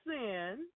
sin